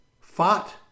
fought